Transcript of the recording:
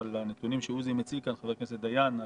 אבל הנתונים שחבר הכנסת דיין מציג כאן,